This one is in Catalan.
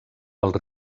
als